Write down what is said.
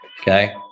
Okay